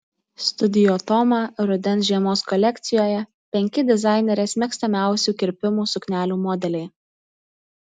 studio toma rudens žiemos kolekcijoje penki dizainerės mėgstamiausių kirpimų suknelių modeliai